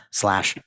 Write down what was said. slash